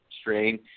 strain